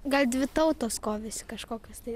gal dvi tautos kovėsi kažkokios tai